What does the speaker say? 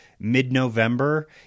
mid-November